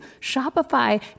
Shopify